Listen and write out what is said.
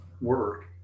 work